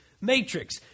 matrix